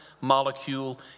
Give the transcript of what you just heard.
molecule